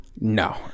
No